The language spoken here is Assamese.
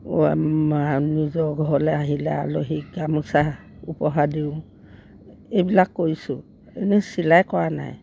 নিজৰ ঘৰলে আহিলে আলহীক গামোচা উপহাৰ দিওঁ এইবিলাক কৰিছোঁ এনেই চিলাই কৰা নাই